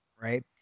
right